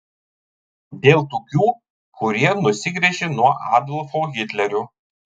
dėl tokių kurie nusigręžė nuo adolfo hitlerio